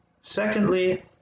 secondly